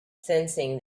sensing